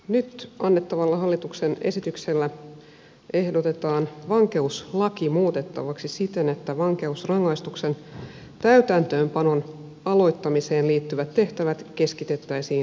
nyt annettavalla hallituksen esityksellä ehdotetaan vankeuslakia muutettavaksi siten että vankeusrangaistuksen täytäntöönpanon aloittamiseen liittyvät tehtävät keskitettäisiin rikosseuraamuslaitokselle